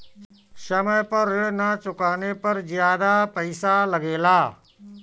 समय पर ऋण ना चुकाने पर ज्यादा पईसा लगेला?